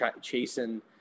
chasing